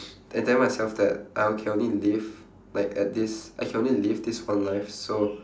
and telling myself that I can only live like at this I can only live this one life so